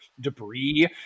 debris